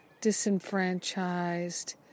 disenfranchised